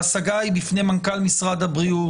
ההשגה היא בפני מנכ"ל משרד הבריאות.